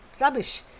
rubbish